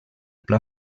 pla